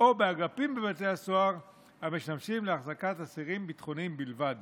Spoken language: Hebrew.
או באגפים בבתי הסוהר המשמשים להחזקת אסירים ביטחוניים בלבד